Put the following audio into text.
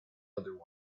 other